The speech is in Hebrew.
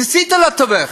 ניסית לתווך.